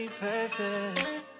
perfect